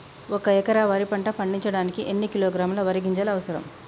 ఒక్క ఎకరా వరి పంట పండించడానికి ఎన్ని కిలోగ్రాముల వరి గింజలు అవసరం?